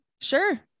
Sure